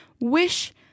wish